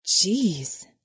Geez